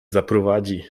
zaprowadzi